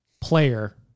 player